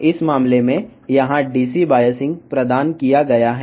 ఈ సందర్భంలో ఇక్కడ DC బయాసింగ్ అందించబడుతుంది